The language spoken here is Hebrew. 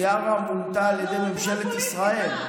מיארה מונתה על ידי ממשלת ישראל.